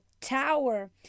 tower